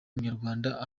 murwanashyaka